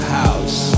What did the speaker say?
house